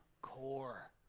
core